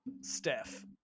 Steph